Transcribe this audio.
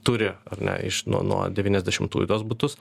turi ar ne iš nuo nuo devyniasdešimtųjų tuos butus